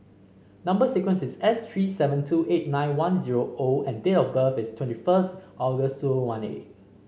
number sequence is S three seven two eight nine one zero O and date of birth is twenty first August two one eight